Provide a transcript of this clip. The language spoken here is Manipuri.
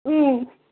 ꯎꯝ